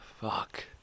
fuck